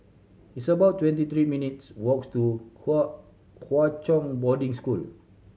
it's about twenty three minutes' walk to Hwa Hwa Chong Boarding School